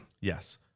Yes